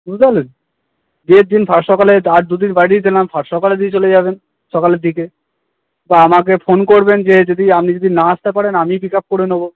বুঝতে পারলেন বিয়ের দিন ফাস্ট সকালে আর দুদিন বাড়িয়ে দিলাম ফাস্ট সকালে দিয়ে চলে যাবেন সকালের দিকে বা আমাকে ফোন করবেন যেয়ে যদি আপনি যদি না আসতে পারেন আমিই পিক আপ করে নেবো